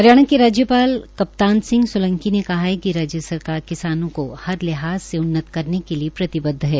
हरियाणा के राज्यपाल कप्तान सिंह सोलंकी ने कहा है कि किसानों को हर लिहाज से उन्नत करने के लिए प्रतिवद्ध है